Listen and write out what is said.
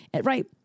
Right